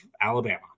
Alabama